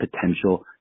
potential